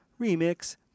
Remix